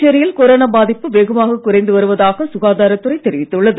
புதுச்சேரியில் கொரோனா பாதிப்பு வெகுவாகக் குறைந்து வருவதாக சுகாதாரத் துறை தெரிவித்துள்ளது